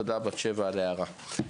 תודה, בת-שבע, על ההערה.